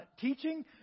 teaching